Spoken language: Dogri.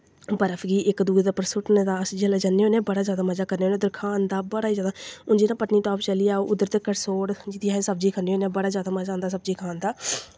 बर्फ गी इक दूए दे उप्पर सुट्टने दा अस जिसलै जन्ने होने आं बड़ा जादा मजा करने होन्ने खान दा बड़ा जादा हून जियां पत्नीटॉप चली जाओ उद्धर तकर कसरोड़ दी असें सब्जी खन्ने होन्ने आं बड़ा जादा मज़ा आंदा खान दा